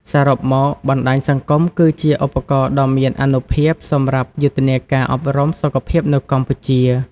សរុបមក បណ្តាញសង្គមគឺជាឧបករណ៍ដ៏មានអានុភាពសម្រាប់យុទ្ធនាការអប់រំសុខភាពនៅកម្ពុជា។